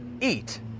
eat